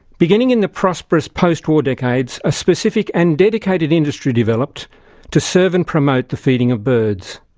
beginning in the prosperous post-war decades, a specific and dedicated industry developed to serve and promote the feeding of birds.